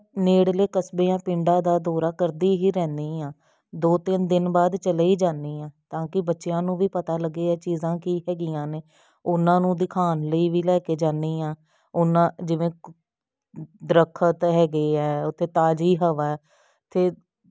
ਮੈਂ ਨੇੜਲੇ ਕਸਬਿਆਂ ਪਿੰਡਾਂ ਦਾ ਦੌਰਾ ਕਰਦੀ ਹੀ ਰਹਿੰਦੀ ਹਾਂ ਦੋ ਤਿੰਨ ਦਿਨ ਬਾਅਦ ਚਲੇ ਹੀ ਜਾਨੀ ਹਾਂ ਤਾਂ ਕਿ ਬੱਚਿਆਂ ਨੂੰ ਵੀ ਪਤਾ ਲੱਗੇ ਇਹ ਚੀਜ਼ਾਂ ਕੀ ਹੈਗੀਆਂ ਨੇ ਉਹਨਾਂ ਨੂੰ ਦਿਖਾਉਣ ਲਈ ਵੀ ਲੈ ਕੇ ਜਾਨੀ ਹਾਂ ਉਹਨਾਂ ਜਿਵੇਂ ਦਰੱਖਤ ਹੈਗੇ ਆ ਉੱਥੇ ਤਾਜ਼ੀ ਹਵਾ ਹੈ ਅਤੇ